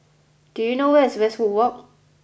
do you know where is Westwood Walk